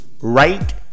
right